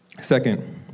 Second